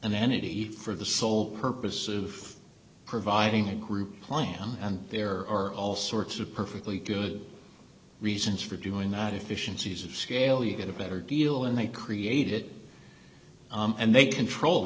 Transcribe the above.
an entity for the sole purpose of providing a group plan and there are all sorts of perfectly good reasons for doing that efficiencies of scale you get a better deal and they created and they control